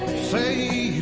see